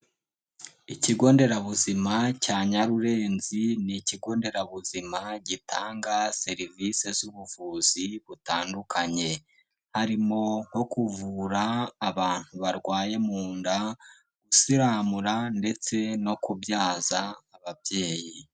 Ikigo nderabuzima cya Nyarurenzi, ni ikigo nderabuzima gitanga serivisi z'ubuvuzi butandukanye. Harimo nko kuvura abantu barwaye mu nda, gusiramura, ndetse no kubyaza ababyeyi.